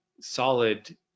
solid